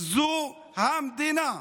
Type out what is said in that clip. זה המדינה.